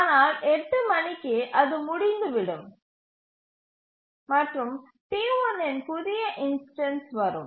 ஆனால் 8 மணிக்கு அது முடிந்துவிடும் மற்றும் T1 இன் புதிய இன்ஸ்டன்ஸ் வரும்